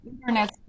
internet